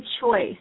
choice